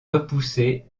repoussés